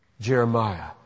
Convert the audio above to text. Jeremiah